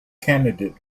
candidate